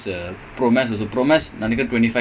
and அவன் அவன் அவன்ல வந்துருவான்:avan avan avanla vanthuruvaan